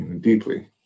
deeply